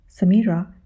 Samira